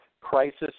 crisis